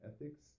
Ethics